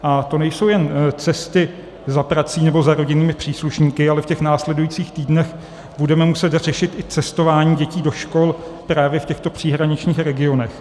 A to nejsou jen cesty za prací nebo za rodinnými příslušníky, ale v těch následujících týdnech budeme muset řešit i cestování dětí do škol právě v těchto příhraničních regionech.